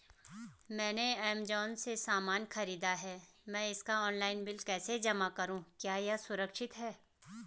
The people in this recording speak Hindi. मैंने ऐमज़ान से सामान खरीदा है मैं इसका ऑनलाइन बिल कैसे जमा करूँ क्या यह सुरक्षित है?